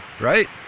right